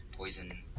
Poison